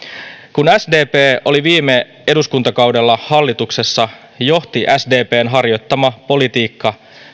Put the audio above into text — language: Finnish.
kun sdp oli viime eduskuntakaudella hallituksessa johti sdpn harjoittama politiikka